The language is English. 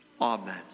Amen